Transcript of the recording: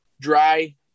dry